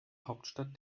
hauptstadt